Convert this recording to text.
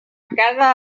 cada